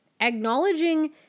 Acknowledging